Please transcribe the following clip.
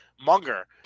Munger